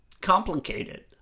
complicated